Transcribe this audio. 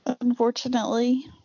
Unfortunately